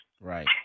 Right